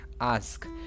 ask